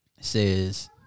says